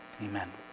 Amen